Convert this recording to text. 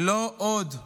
לא עוד.